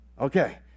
Okay